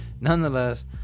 Nonetheless